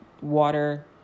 water